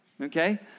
Okay